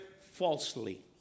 falsely